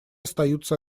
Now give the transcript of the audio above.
остаются